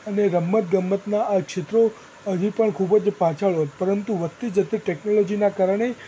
અને રમત ગમતનાં આ ક્ષેત્રો હજુ પણ ખૂબ જ પાછળ હોત પરંતુ વધતી જતી ટૅકનોલોજીના કારણે